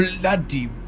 Bloody